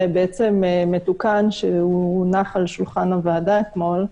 מתוקן שהונח על שולחן הוועדה אתמול,